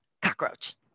cockroach